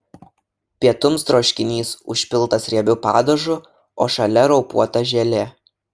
pietums troškinys užpiltas riebiu padažu o šalia raupuota želė